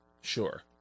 Sure